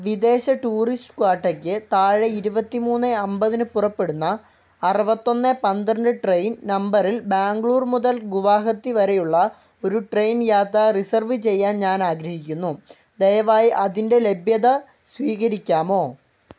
വിദേശ ടൂറിസ്റ്റ് ക്വാട്ടക്ക് താഴെ ഇരുപത്തി മൂന്ന് അമ്പതിന് പുറപ്പെടുന്ന അറുപത്തി ഒന്ന് പന്ത്രണ്ട് ട്രെയിൻ നമ്പറിൽ ബാംഗ്ലൂർ മുതൽ ഗുവാഹത്തി വരെയുള്ള ഒരു ട്രെയിൻ യാത്ര റിസർവ് ചെയ്യാൻ ഞാൻ ആഗ്രഹിക്കുന്നു ദയവായി അതിൻ്റെ ലഭ്യത സ്ഥിരീകരിക്കാമോ